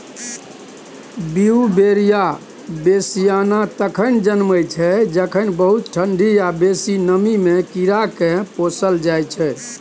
Beauveria bassiana तखन जनमय छै जखन बहुत ठंढी या बेसी नमीमे कीड़ाकेँ पोसल जाइ छै